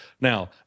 Now